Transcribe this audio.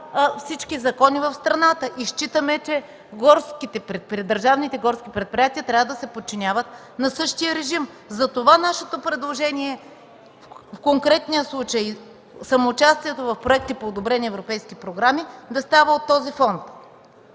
всички закони в страната. Считаме, че при държавните горски предприятия трябва да се подчинява на същия режим. Затова нашето предложение в конкретния случай – самоучастието в проекти по одобрени европейски програми да става от този фонд.